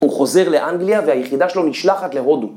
הוא חוזר לאנגליה והיחידה שלו נשלחת להודו.